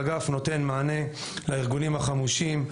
האגף נותן מענה לארגונים החמושים,